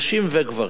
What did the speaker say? נשים וגברים.